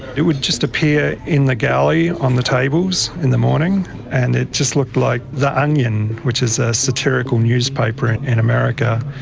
it would just appear in the galley on the tables in the morning and it just looks like the onion, which is a satirical newspaper in in america.